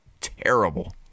terrible